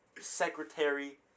Secretary